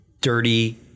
dirty